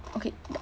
okay